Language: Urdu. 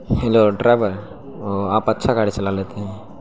ہیلو ڈرائیور وہ آپ اچھا گاڑی چلا لیتے ہیں